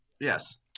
Yes